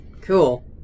Cool